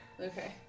Okay